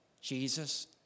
Jesus